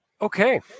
okay